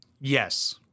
Yes